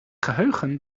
geheugen